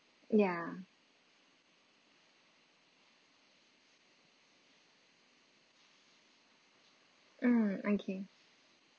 ya mm okay